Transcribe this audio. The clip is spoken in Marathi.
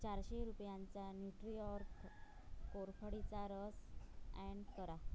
चारशे रुपयांचा न्युट्रीऑर्ग कोरफडीचा रस अँड करा